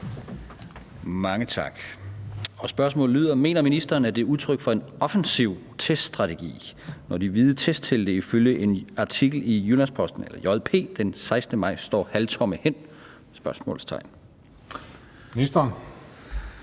Mange tak. Og spørgsmålet lyder: Mener ministeren, at det er udtryk for en offensiv teststrategi, når de hvide testtelte ifølge en artikel i JP den 16. maj står halvtomme hen? Kl. 16:35 Den